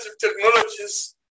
technologies